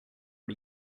are